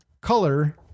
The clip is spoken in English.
color